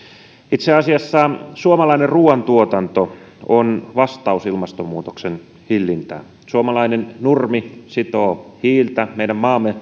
itse asiassa suomalainen ruoantuotanto on vastaus ilmastonmuutoksen hillintään suomalainen nurmi sitoo hiiltä meidän maamme